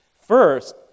First